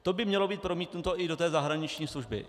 To by mělo být promítnuto i do té zahraniční služby.